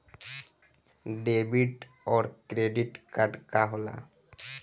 Debit और credit card का होला?